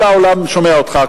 כל העולם שומע אותך,